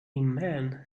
man